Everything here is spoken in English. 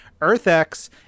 Earth-X